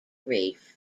reef